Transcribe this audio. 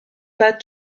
pas